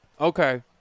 Okay